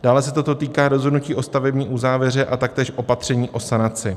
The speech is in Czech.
Dále se toto týká rozhodnutí o stavební uzávěře a taktéž opatření o sanaci.